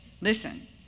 listen